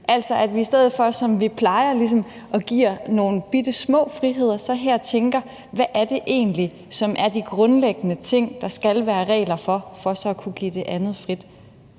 altså at vi i stedet for, som vi plejer, at give nogle bittesmå friheder her tænker, hvad det egentlig er, som er de grundlæggende ting, der skal være regler for, for så at kunne give det andet frit.